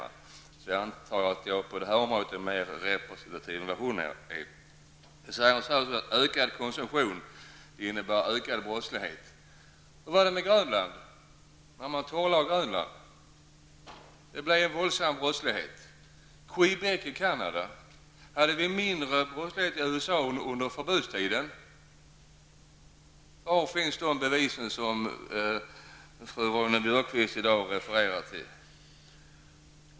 Därför antar jag att jag är mer representativ på detta område än vad Ingrid Vidare sade Ingrid Ronne-Björkqvist att ökad konsumtion leder till ökad brottslighet. Hur var det med Grönland? Där blev det ju en våldsam ökning av brottsligheten, eller hur? Hur var det med Quebec i Canada? Var brottsligheten mindre i USA under förbudstiden? Var finns de bevis som fru Ronne-Björkqvist i dag refererar till?